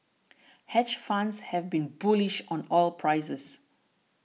hedge funds have been bullish on oil prices